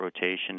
rotation